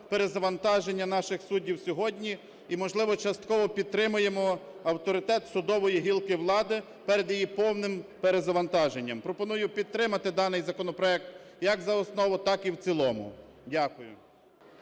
перезавантаження наших суддів сьогодні і, можливо, частково підтримаємо авторитет судової гілки влади перед її повним перезавантаженням. Пропоную підтримати даний законопроекту як за основу, так і в цілому. Дякую.